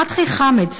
פתחי חמאד,